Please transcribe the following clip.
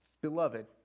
beloved